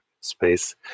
space